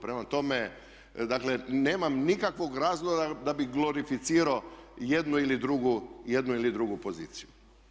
Prema tome, dakle nemam nikakvog razloga da bih glorificirao jednu ili drugu poziciju.